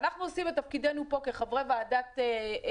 ואנחנו עושים את תפקידנו פה כחברי ועדת הכלכלה,